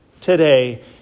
today